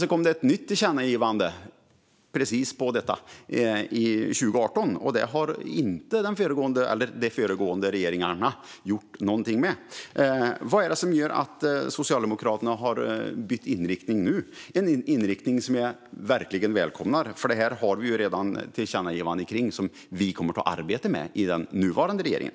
Det kom ett nytt tillkännagivande om precis detta 2018, och det har inte den föregående regeringen - eller de föregående regeringarna - gjort någonting med. Vad är det som gör att Socialdemokraterna har bytt inriktning nu? Det är ett byte som jag verkligen välkomnar, för här har vi ju redan ett tillkännagivande som vi kommer att arbeta med i den nuvarande regeringen.